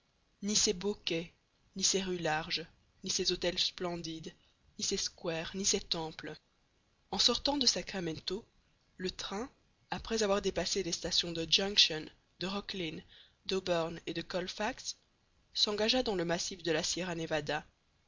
ni ses beaux quais ni ses rues larges ni ses hôtels splendides ni ses squares ni ses temples en sortant de sacramento le train après avoir dépassé les stations de junction de roclin d'auburn et de colfax s'engagea dans le massif de la sierra nevada